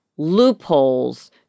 Loopholes